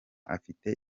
afite